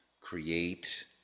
create